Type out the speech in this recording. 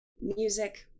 music